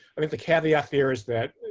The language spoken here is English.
i think the caveat there is that